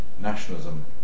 nationalism